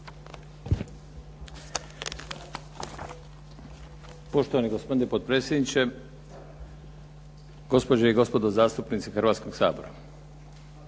Poštovani gospodine potpredsjedniče, gospođe i gospodo zastupnici Hrvatskog sabora.